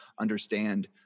understand